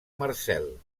marcel